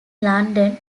london